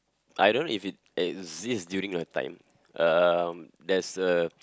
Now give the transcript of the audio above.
I don't if it exist during your time um there's a